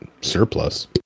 surplus